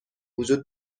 وجود